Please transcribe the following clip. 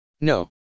No